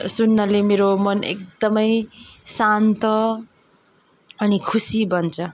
सुन्नाले मेरो मन एकदमै शान्त अनि खुसी बन्छ